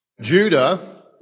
Judah